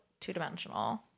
two-dimensional